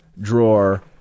drawer